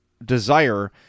desire